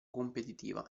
competitiva